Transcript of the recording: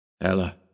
Ella